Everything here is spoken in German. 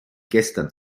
gestern